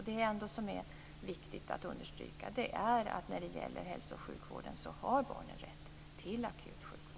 Det är viktigt att understryka att barnen har rätt till akut sjukvård.